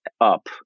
up